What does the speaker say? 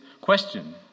question